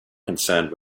concerned